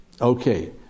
Okay